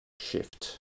shift